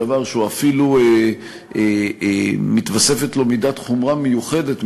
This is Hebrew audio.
בדבר שאפילו מתווספת לו מידת חומרה מיוחדת,